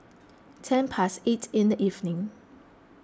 ten past eight in the evening